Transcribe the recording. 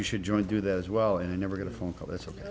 you should join do that as well and i never get a phone call that's ok